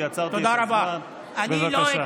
לא ניתן.